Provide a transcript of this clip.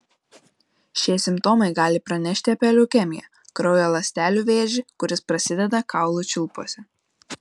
šie simptomai gali pranešti apie leukemiją kraujo ląstelių vėžį kuris prasideda kaulų čiulpuose